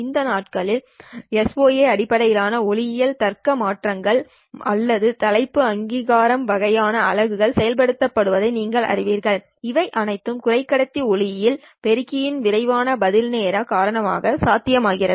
இந்த நாட்களில் SOA அடிப்படையிலான ஒளியியல் தர்க்க மாற்றிகள் அல்லது தலைப்பு அங்கீகாரம் வகையான அலகுகள் செயல்படுத்தப்படுவதை நீங்கள் அறிவீர்கள் இவை அனைத்தும் குறைக்கடத்தி ஒளியியல் பெருக்கியின் விரைவான பதில் நேரம் காரணமாக சாத்தியமாகும்